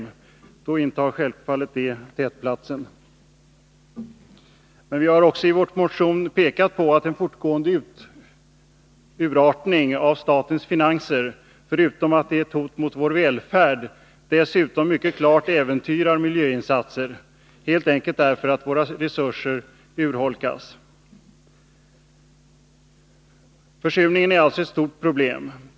I så fall intar självfallet det problemet tätplatsen. Vi har också i vår motion pekat på att en fortgående urartning av statens finanser, förutom att den är ett hot mot vår välfärd, dessutom mycket klart äventyrar miljöinsatser helt enkelt därför att våra resurser urholkas. Försurningen är alltså ett stort problem.